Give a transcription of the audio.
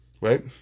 right